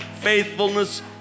faithfulness